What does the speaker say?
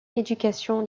éducation